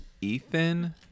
Ethan